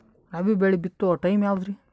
ರಾಬಿ ಬೆಳಿ ಬಿತ್ತೋ ಟೈಮ್ ಯಾವದ್ರಿ?